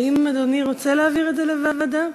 האם אדוני רוצה להעביר את זה לוועדה,